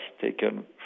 taken